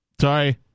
sorry